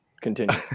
continue